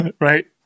right